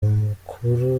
amakuru